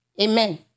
Amen